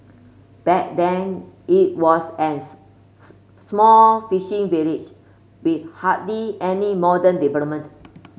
back then it was an small fishing village with hardly any modern development